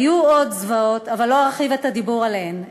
היו עוד זוועות, אבל לא ארחיב את הדיבור עליהן.